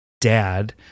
dad